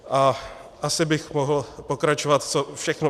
A asi bych mohl pokračovat, co všechno...